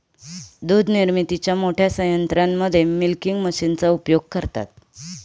दूध निर्मितीच्या मोठ्या संयंत्रांमध्ये मिल्किंग मशीनचा उपयोग करतात